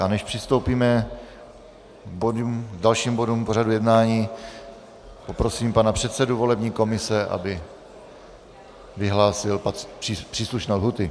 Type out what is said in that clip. A než přistoupíme k dalším bodům pořadu jednání, poprosím pana předsedu volební komise, aby vyhlásil příslušné lhůty.